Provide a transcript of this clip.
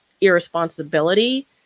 irresponsibility